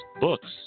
books